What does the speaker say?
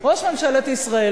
ראש ממשלת ישראל,